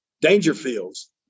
Dangerfield's